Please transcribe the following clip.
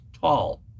tall